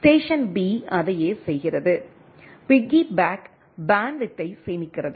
station B அதையே செய்கிறது piggyback பேண்ட்வித்தை சேமிக்கிறது